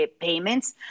payments